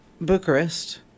Bucharest